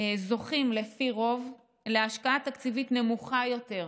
זוכים על פי רוב להשקעה תקציבית נמוכה יותר,